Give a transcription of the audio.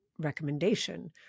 recommendation